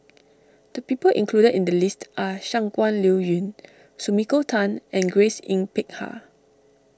the people included in the list are Shangguan Liuyun Sumiko Tan and Grace Yin Peck Ha